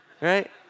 Right